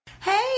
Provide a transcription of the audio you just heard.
hey